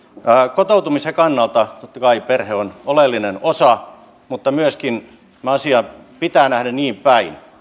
kotoutumisen kannalta totta kai perhe on oleellinen osa mutta myöskin tämä asia pitää nähdä niin päin